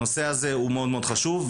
שהנושא הזה הוא מאוד מאוד חשוב.